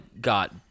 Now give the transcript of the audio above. got